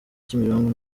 kimironko